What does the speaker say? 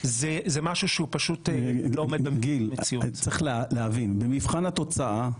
זה משהו שלא עומד- -- צריך להבין, במבחן התוצאה,